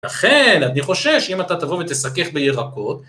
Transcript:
אכן, אני חושש שאם אתה תבוא ותסכך בירקות...